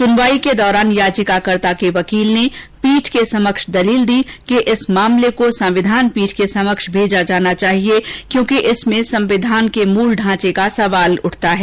सुनवाई के दौरान याचिकाकर्ता के वकील ने पीठ के समक्ष दलील दी कि इस मामले को संविधान पीठ के समक्ष भेजा जाना चाहिए क्योंकि इसमें संविधान के मूल ढांचे का प्रश्न उठता है